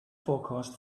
forecast